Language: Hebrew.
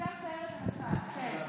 אתם סיירת המטכ"ל, כן.